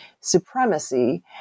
supremacy